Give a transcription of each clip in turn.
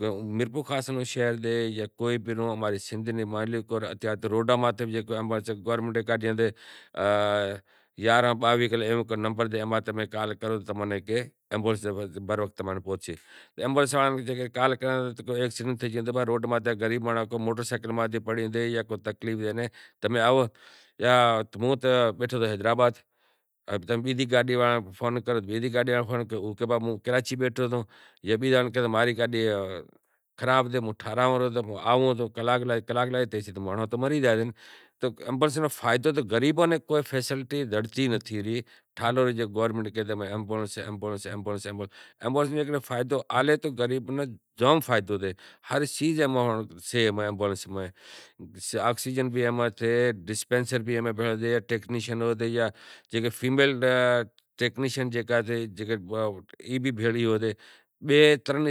میرپور شہر میں جاں امارے کوئی بھی سندھ نے شہر ماں اگر تماں یارانہں باویہہ نمبر تے کلا کرو تو تماں ناں بروقت ایمبولینس پوہچی زائے ایمبولینس ناں کال کرو تو سندھ نے تباہ روڈ ماتھے کو موٹر سینکل ماتھے پڑے زائے تو کا تکلیف تھائے تو فون کرو تو کہیں ہوں حیدرآباد بیٹھو ساں جاں کراچی بیٹھو ساں جاں تو کلاک بئے لاگشیں تو مانڑو تو مری زائے۔ ایمبولینس میں غریب ناں کو فائدو نتھی بیزاں ملکاں میں ایمبولینس مانڑاں نیں زام فائدو ڈے، ہیلتھ ٹیکنیشن آکسیجن مطلب ہر وات نو فائدو سے پنڑ اماں رے پاہے غریب مانڑاں نیں کوئی فائدو ناں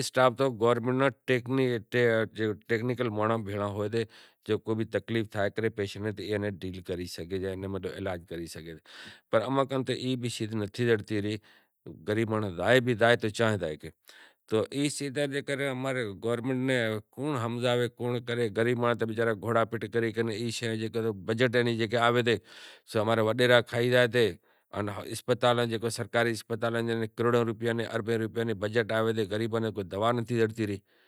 زڑے گورمینٹ ناں کونڑ ہمزائے کونڑ کرے غریب مانڑو وچارا گھوڑا پٹ کرے کرے ای شے لا کرے بجیٹ زکو آوی تیں او وڈیرا کھائی زائیں باقی سرکاری اسپتالیں کروڑاں روپیاں نیں اربیں روپیاں نی بجیٹ آوی تیں غریب